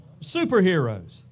superheroes